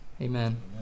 Amen